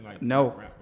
No